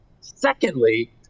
secondly